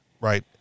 right